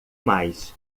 mais